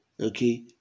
okay